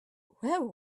where